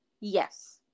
Yes